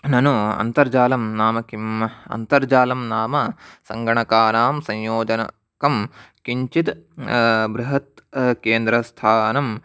ननु अन्तर्जालं नाम किम् अन्तर्जालं नाम सङ्गणकाणां संयोजनकं किञ्चित् बृहत् केन्द्रस्थानं